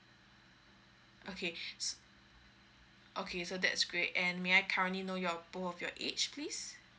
okay s~ okay so that's great and may I currently know your both of your age please